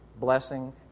Blessing